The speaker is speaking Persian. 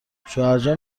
شوهرجان